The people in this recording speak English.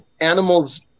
Animal's